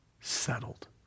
settled